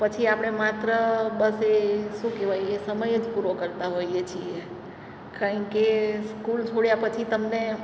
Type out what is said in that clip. પછી આપણે માત્ર બસ એ શું કહેવાય એ સમય જ પૂરો કરતા હોઈએ છીએ કારણકે સ્કૂલ છોડ્યા પછી તમને